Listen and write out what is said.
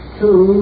two